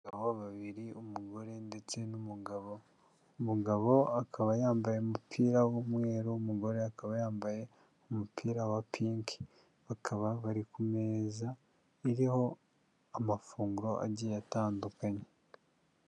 Abagabo babiri, umugore ndetse n'umugabo. Umugabo akaba yambaye umupira w'umweru, umugore akaba yambaye umupira wa pinki, bakaba bari ku meza iriho amafunguro agiye atandukanye.